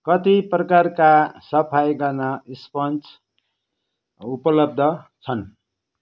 कति प्रकारका सफाइ गर्न स्पन्ज उपलब्ध छन्